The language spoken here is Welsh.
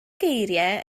geiriau